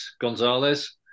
Gonzalez